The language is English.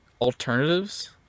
alternatives